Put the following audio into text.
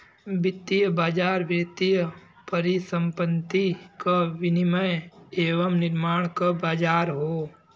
वित्तीय बाज़ार वित्तीय परिसंपत्ति क विनियम एवं निर्माण क बाज़ार हौ